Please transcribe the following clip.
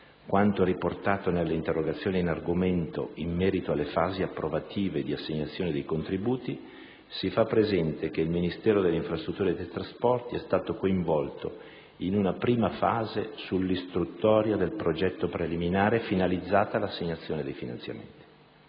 quanto riportato nell'interrogazione in argomento in merito alle fasi approvative e di assegnazione dei contributi, si fa presente che il Ministero delle infrastrutture e dei trasporti è stato coinvolto in una prima fase sull'istruttoria del progetto preliminare finalizzata all'assegnazione dei finanziamenti.